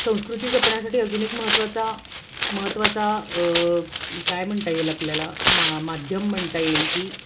संस्कृती जपण्यासाठी अजून एक महत्वाचा महत्वाचा काय म्हणता येईल आपल्याला माध्यम म्हणता येईल की